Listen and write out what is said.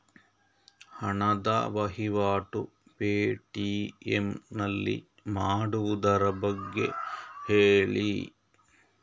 ಹಣದ ವಹಿವಾಟು ಪೇ.ಟಿ.ಎಂ ನಲ್ಲಿ ಮಾಡುವುದರ ಬಗ್ಗೆ ಹೇಳಿ